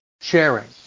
Sharing